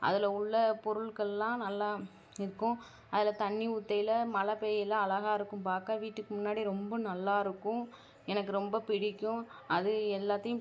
அதில் உள்ள பொருட்களெலாம் நல்லா இருக்கும் அதில் தண்ணி ஊற்றயில மழை பேயயில் அழகா இருக்கும் பார்க்க வீட்டுக்கு முன்னாடி ரொம்ப நல்லா இருக்கும் எனக்கு ரொம்ப பிடிக்கும் அது எல்லாத்தையும்